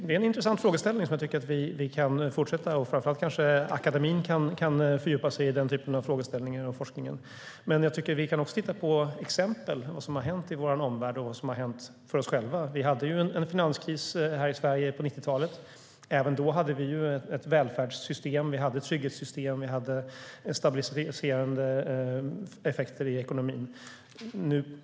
Det är en intressant frågeställning som jag tycker att vi, och kanske framför allt akademin, kan fördjupa oss i och bedriva forskning om. Vi kan också titta på exempel i vår omvärld och hos oss själva. Vi hade ju en finanskris här i Sverige på 1990-talet. Även då hade vi ett välfärdssystem och ett trygghetssystem. Vi hade stabiliserande effekter i ekonomin.